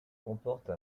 comporte